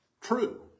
true